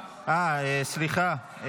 אה, סליחה.